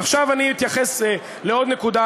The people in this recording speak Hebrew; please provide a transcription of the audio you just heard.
עכשיו אני אתייחס לעוד נקודה,